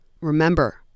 remember